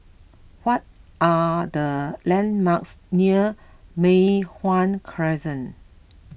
what are the landmarks near Mei Hwan Crescent